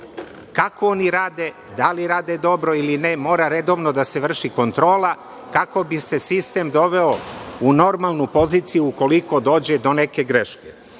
kako oni rade, da li rade dobro ili ne, mora redovno da se vrši kontrola kako bi se sistem doveo u normalnu poziciju ukoliko dođe do neke greške. Tu